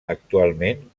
actualment